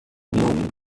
moon